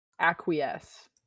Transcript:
Acquiesce